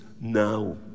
now